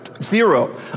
Zero